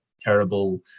terrible